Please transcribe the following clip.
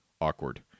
awkward